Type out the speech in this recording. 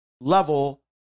level